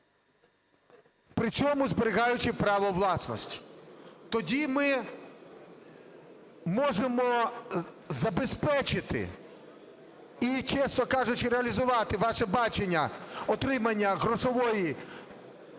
причому, зберігаючи право власності. Тоді ми можемо забезпечити і, чесно кажучи, реалізувати ваше бачення отримання грошової…